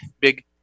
big